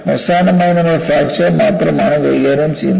അവസാനമായി നമ്മൾ ഫ്രാക്ചർ മാത്രമാണ് കൈകാര്യം ചെയ്യുന്നത്